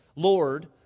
Lord